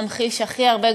ממחיש הכי הרבה,